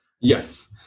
Yes